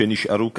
שנשארו כאן,